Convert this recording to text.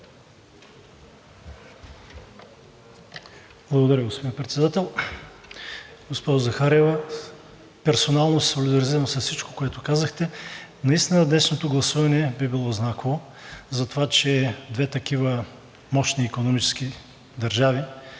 Благодаря, господин Председател. Госпожо Захариева, персонално се солидаризирам с всичко, което казахте. Наистина днешното гласуване би било знаково затова, че две такива мощни икономически държави